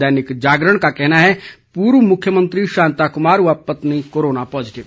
दैनिक जागरण का कहना है पूर्व मुख्यमंत्री शांता कुमार व पत्नी कोरोना पॉजीटिव